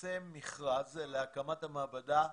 מפרסם מכרז להקמת המעבדה,